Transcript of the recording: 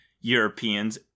Europeans